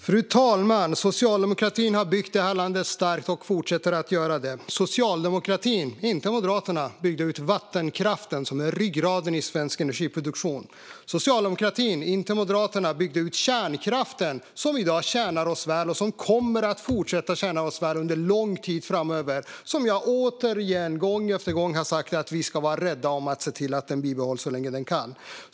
Fru talman! Socialdemokratin har byggt det här landet starkt och fortsätter göra det. Socialdemokratin - inte Moderaterna - byggde ut vattenkraften, som är ryggraden i svensk energiproduktion. Socialdemokratin - inte Moderaterna - byggde ut kärnkraften, som i dag tjänar oss väl och kommer att fortsätta tjäna oss väl under lång tid framöver och som jag gång efter gång sagt att vi ska vara rädda om och se till att bibehålla så länge vi kan.